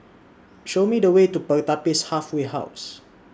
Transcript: Show Me The Way to Pertapis Halfway House